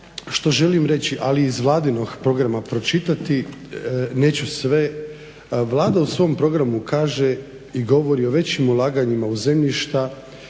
što želim reći ali iz vladinog programa pročitati neću sve, Vlada u svom programu kaže i govori o većim ulaganjima u zemljišta,